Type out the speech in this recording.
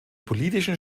politischen